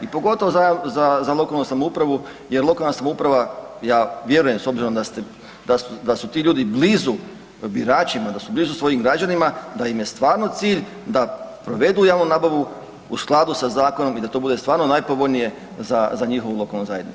I pogotovo za lokalnu samoupravu jer lokalna samouprava, ja vjerujem s obzirom da su ti ljudi blizu biračima, da su blizu svojim građanima, da im je stvarno cilj da provedu javnu nabavu u skladu sa zakonom i da to bude stvarno najpovoljnije za njihovu lokalnu zajednicu.